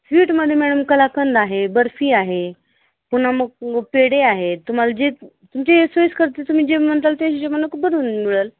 स्वीटमध्ये मॅडम कलाकंद आहे बर्फी आहे पुन्हा मग पेढे आहे तुम्हाला जे तुमचे करते तुम्ही जे स्वीस करता तुम्ही जे म्हणाल तेच तुम्हाला बनवून मिळेल